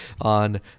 on